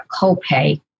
copay